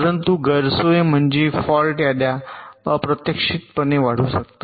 परंतु गैरसोय म्हणजे फॉल्ट याद्या अप्रत्याशितपणे वाढू शकतात